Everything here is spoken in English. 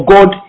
God